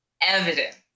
evidence